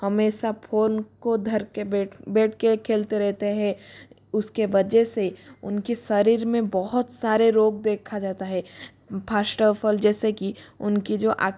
हमेशा फोन को धर के बैठ बैठ के खेलते रहते है उसके वजह से उनके शरीर में बहुत सारे रोग देखा जाता है फर्स्ट ऑफ ऑल जैसे कि उनकी जो आँख